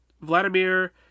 Vladimir